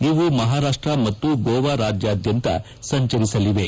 ಇವು ಮಹಾರಾಷ್ಟ ಮತ್ತು ಗೋವಾ ರಾಜ್ಯಾದ್ಯಂತ ಸಂಚರಿಸಲಿವೆ